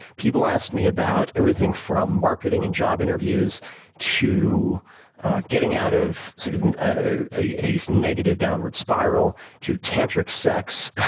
people asked me about everything from marketing and job interviews to getting out of sort of and ah a a negative downward spiral, to tantric sex,